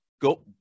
go